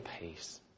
peace